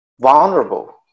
vulnerable